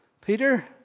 Peter